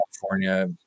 California